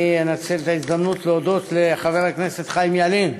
אני אנצל את ההזדמנות להודות לחבר הכנסת חיים ילין,